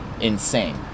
Insane